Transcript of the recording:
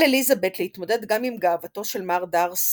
על אליזבת להתמודד גם עם גאוותו של מר דארסי,